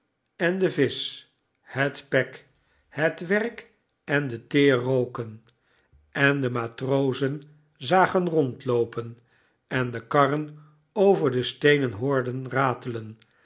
en de visch het pek het werk en de teer roken en de matrozen zagen rondloopen en de karren over de steenen hoorden ratelen